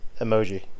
emoji